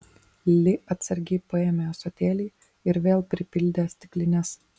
li atsargiai paėmė ąsotėlį ir vėl pripildė stiklines